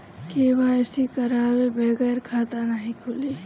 KYC करवाये बगैर खाता नाही खुली?